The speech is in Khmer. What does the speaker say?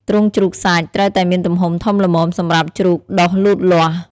ទ្រុងជ្រូកសាច់ត្រូវតែមានទំហំធំល្មមសម្រាប់ជ្រូកដុះលូតលាស់។